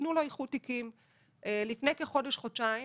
לפני כחודש-חודשיים